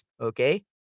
Okay